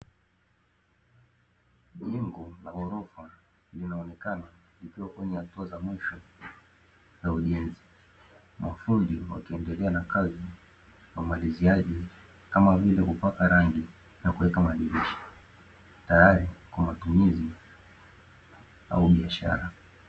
Jengo la ghorofa linaonekana likiwa kwenye hatua za mwisho za ujenzi. Mafundi wakiendelea na kazi, wamaliziaji kama vile kupaka rangi au kuweka madirisha tayari kwa matumizi au biashara.